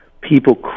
people